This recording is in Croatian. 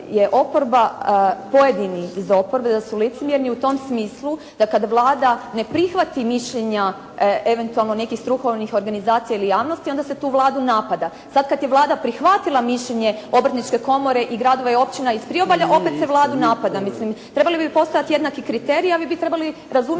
je oporba, pojedini iz oporbe da su licemjerni u tom smislu da kada Vlada ne prihvati mišljenja eventualno nekih strukovnih organizacija ili javnosti onda se tu Vladu napada. Sada kada je Vlada prihvatila mišljenje obrtničke komore i gradova i općina iz priobalja, opet se Vladu napada. Trebali bi postojati jednaki kriteriji a vi bi trebali razumjeti